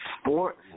Sports